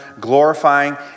glorifying